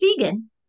vegan